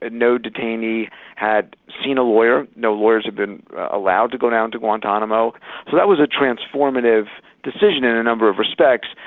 ah no detainee had seen a lawyer, no lawyers been allowed to go down to guantanamo. so that was a transformative decision in a number of respects.